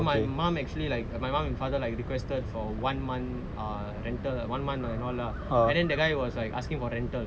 my mom actually like my mom and father like requested for one month ah rental one month and all lah and then the guy was asking for rental